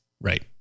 right